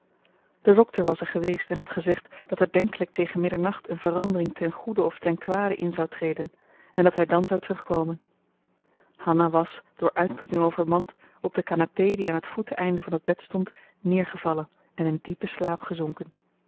de dokter was er geweest en had gezegd dat er denkelijk tegen middernacht een verandering ten goede of ten kwade in zou treden en dat hij dan zou terugkomen hanna was door uitputting overmand op de canapé die aan het voeteneinde van het bed stond neergevallen en in diepen slaap gezonken